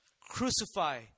Crucify